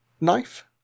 Knife